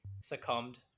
succumbed